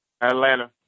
Atlanta